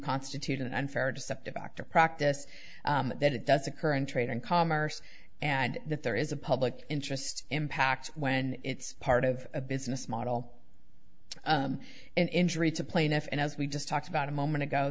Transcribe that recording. constitute an unfair deceptive act or practice that it does occur in trade and commerce and that there is a public interest impact when it's part of a business model an injury to plaintiff and as we just talked about a moment ago